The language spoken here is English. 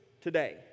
today